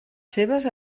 seves